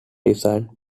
design